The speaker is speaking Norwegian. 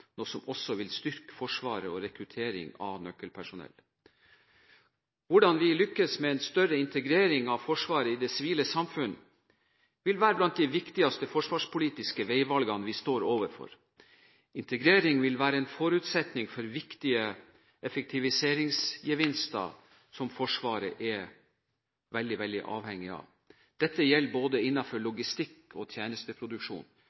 noe som også vil styrke Forsvaret og rekruttering av nøkkelpersonell. Hvordan vi lykkes med en større integrering av Forsvaret i det sivile samfunn, vil være blant de viktigste forsvarspolitiske veivalgene vi står overfor. Integrering vil være en forutsetning for viktige effektiviseringsgevinster, som Forsvaret er veldig avhengig av. Dette gjelder innenfor både